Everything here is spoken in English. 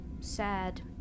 sad